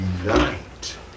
unite